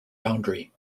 boundary